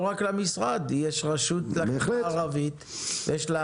לא רק למשרד, יש רשות לחברה הערבית, יש לה